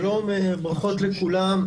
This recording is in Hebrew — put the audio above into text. שלום וברכות לכולם.